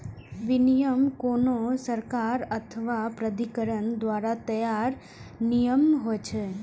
विनियम कोनो सरकार अथवा प्राधिकरण द्वारा तैयार नियम होइ छै